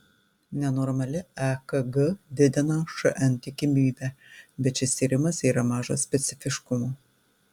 nenormali ekg didina šn tikimybę bet šis tyrimas yra mažo specifiškumo